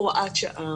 הוראת שעה,